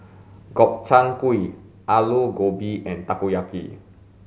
Gobchang Gui Alu Gobi and Takoyaki